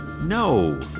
No